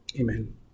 Amen